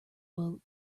boat